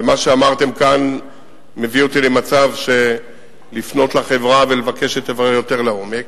ומה שאמרתם כאן מביא אותי לפנות לחברה ולבקש שתברר יותר לעומק,